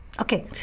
Okay